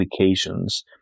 applications